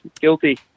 Guilty